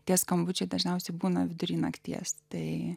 tie skambučiai dažniausiai būna vidury nakties tai